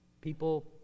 people